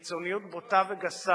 ובקיצוניות בוטה וגסה,